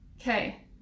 Okay